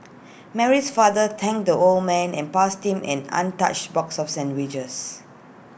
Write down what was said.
Mary's father thanked the old man and passing him an untouched box of sandwiches